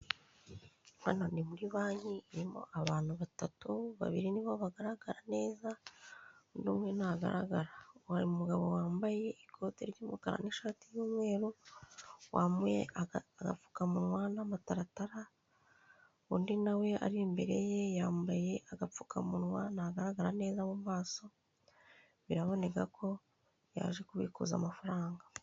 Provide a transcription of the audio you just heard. Hano ni muri banki irimo abantu batatu! babiri nibo bagaragara neza undi umwe ntagaragara hari umugabo wambaye ikote ry'umukara n'ishati y'umweru wambaye agapfukamunwa n'amataratara, undi nawe ari imbere ye yambaye agapfukamunwa ntagaragara neza mu maso biraboneka ko yaje kubikuza amafaranga.